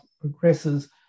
progresses